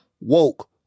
woke